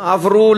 עברו